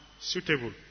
suitable